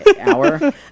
hour